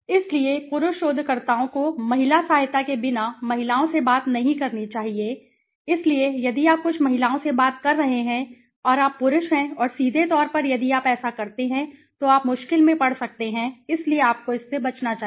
इसलिए पुरुष शोधकर्ताओं को महिला सहायता के बिना महिलाओं से बात नहीं करनी चाहिए इसलिए यदि आप कुछ महिलाओं से बात कर रहे हैं और आप पुरुष हैं और सीधे तौर पर यदि आप ऐसा करते हैं तो आप मुश्किल में पड़ सकते हैं इसलिए आपको इससे बचना चाहिए